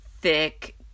thick